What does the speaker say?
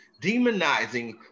demonizing